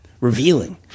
Revealing